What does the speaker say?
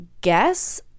guess